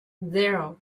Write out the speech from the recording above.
zero